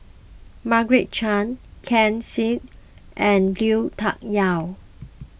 Margaret Chan Ken Seet and Lui Tuck Yew